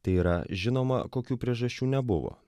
tai yra žinoma kokių priežasčių nebuvo